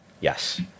Yes